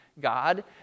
God